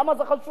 למה זה חשוב?